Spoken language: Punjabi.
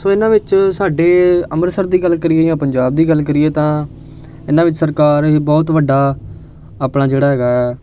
ਸੋ ਇਹਨਾਂ ਵਿੱਚ ਸਾਡੇ ਅੰਮ੍ਰਿਤਸਰ ਦੀ ਗੱਲ ਕਰੀਏ ਜਾਂ ਪੰਜਾਬ ਦੀ ਗੱਲ ਕਰੀਏ ਤਾਂ ਇਹਨਾਂ ਵਿੱਚ ਸਰਕਾਰ ਇਹ ਬਹੁਤ ਵੱਡਾ ਆਪਣਾ ਜਿਹੜਾ ਹੈਗਾ